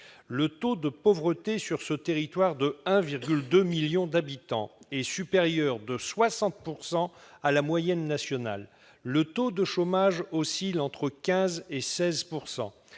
Le taux de pauvreté sur ce territoire de 1,2 million d'habitants est supérieur de 60 % à la moyenne nationale. Le taux de chômage oscille entre 15 % et 16 %.